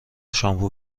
شامپو